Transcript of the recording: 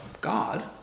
God